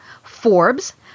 Forbes